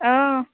অঁ